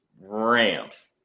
Rams